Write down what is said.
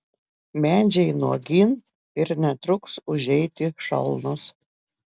medžiai nuogyn ir netruks užeiti šalnos